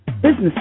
Business